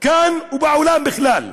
כאן ובעולם בכלל.